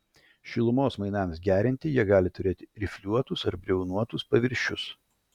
šilumos mainams gerinti jie gali turėti rifliuotus ar briaunotus paviršius